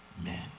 amen